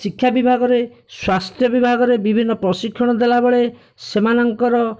ଶିକ୍ଷା ବିଭାଗରେ ସ୍ୱାସ୍ଥ୍ୟ ବିଭାଗରେ ବିଭିନ୍ନ ପ୍ରଶିକ୍ଷଣ ଦେଲାବେଳେ ସେମାନଙ୍କର